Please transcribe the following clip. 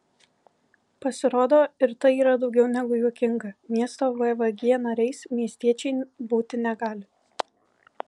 pasirodo ir tai yra daugiau negu juokinga miesto vvg nariais miestiečiai būti negali